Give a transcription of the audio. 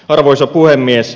arvoisa puhemies